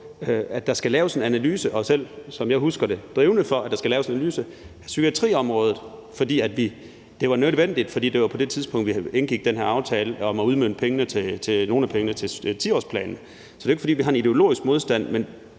at der skulle laves en analyse, og var, som jeg selv husker det, drivende for, at der skulle laves en analyse af psykiatriområdet – det var nødvendigt, for det var på det tidspunkt, at vi indgik den her aftale om at udmønte nogle af pengene til 10-årsplanen. Det er jo ikke, fordi vi har en ideologisk modstand, men